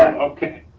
okay.